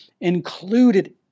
included